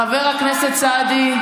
חבר הכנסת סעדי.